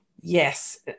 Yes